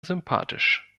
sympathisch